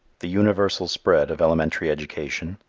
the universal spread of elementary education,